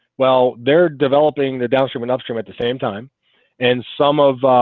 well they're developing the downstream and upstream at the same time and some of